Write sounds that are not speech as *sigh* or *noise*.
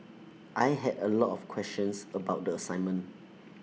I had A lot of questions about the assignment *noise*